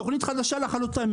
תוכנית חדשה לחלוטין,